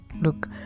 Look